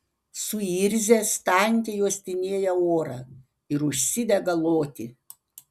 suirzęs tankiai uostinėja orą ir užsidega loti